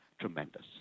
tremendous